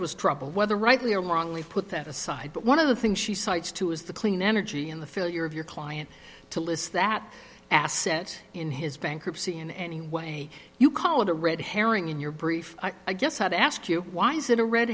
was troubled whether rightly or wrongly put that aside but one of the things she cites to is the clean energy in the fill your of your client to list that asset in his bankruptcy in any way you call it a red herring in your brief i guess i'd ask you why is it a red